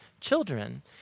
children